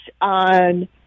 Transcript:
on